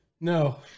no